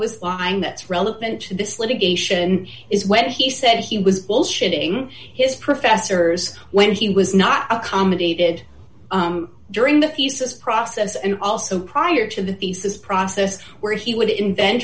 was lying that's relevant to this litigation is when he said he was bullshitting his professors when he was not accommodated during the fuses process and also prior to the thesis process where he would invent